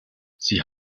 sie